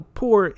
poor